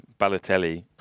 Balotelli